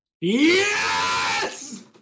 Yes